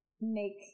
make